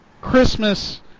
Christmas